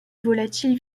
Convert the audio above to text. volatil